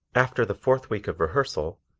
after the fourth week of rehearsal,